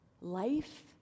life